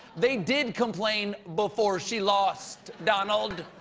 they did complain before she lost, donald!